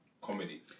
comedy